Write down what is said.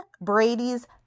Brady's